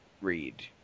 read